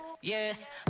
Yes